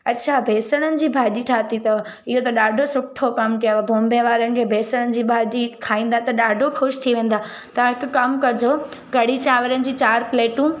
अच्छा बेसणनि जी भाॼी ठाही अथव इहो त ॾाढो सुठो कमु कयुव बॉम्बे वारनि खे बेसण जी भाॼी खाईंदा त ॾाढो ख़ुशि थी वेंदा तव्हां हिकु कमु कजो कढ़ी चांवरनि जी चार प्लेटूं